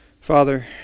Father